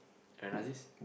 Aaron Aziz